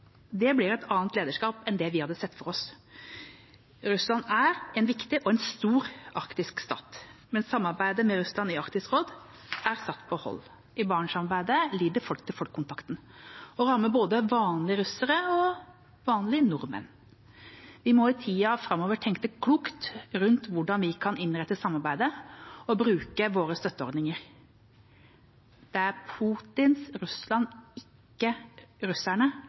Det blir et annet lederskap enn vi hadde sett for oss. Russland er en viktig og stor arktisk stat, men samarbeidet med Russland i Arktisk råd er satt på hold. I Barentssamarbeidet lider folk-til-folk-kontakten og rammer både vanlige russere og vanlige nordmenn. Vi må i tida framover tenke klokt rundt hvordan vi kan innrette samarbeidet og bruke våre støtteordninger. Det er Putins Russland, ikke russerne